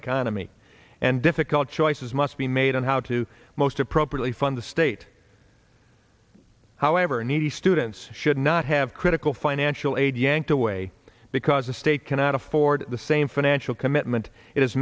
economy and difficult choices must be made and how to most appropriately fund the state however needy students should not have critical financial aid yanked away because the state cannot afford the same financial commitment it has